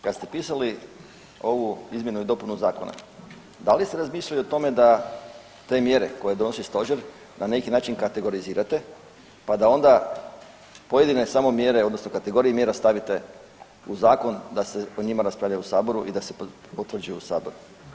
Kada ste pisali ovu izmjenu i dopunu zakona da li ste razmišljali o tome da te mjere koje donosi Stožer na neki način kategorizirate, pa da onda pojedine samo mjere, odnosno kategorije mjera stavite u zakon da se o njima raspravlja u Saboru i da se potvrđuju u Saboru.